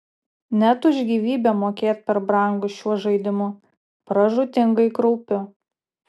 net už gyvybę mokėt per brangu šiuo žaidimu pražūtingai kraupiu